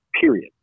period